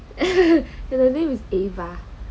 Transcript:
the name is ava